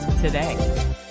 today